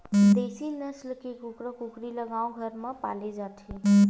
देसी नसल के कुकरा कुकरी ल गाँव घर म पाले जाथे